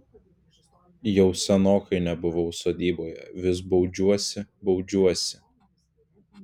jau senokai nebuvau sodyboje vis baudžiuosi baudžiuosi